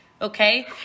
Okay